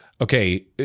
okay